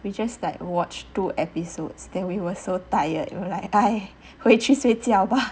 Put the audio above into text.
we just like watch two episodes then we were so tired you will like 回去睡觉吧